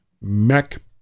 mac